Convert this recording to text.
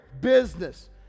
business